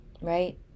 right